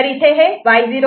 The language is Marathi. Y0 A'B'C'D'